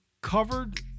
covered